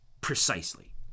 precisely